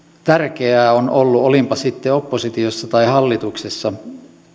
tärkeää on ollut olinpa sitten oppositiossa tai hallituksessa